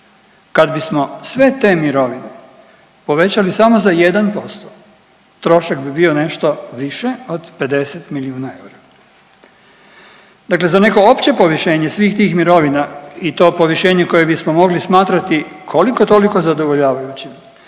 Kad bismo sve te mirovine povećali samo za 1% trošak bi bio nešto više od 50 milijuna eura. Dakle, za neko opće povišenje svih tih mirovina i to povišenje koje bismo mogli smatrati koliko toliko zadovoljavajućim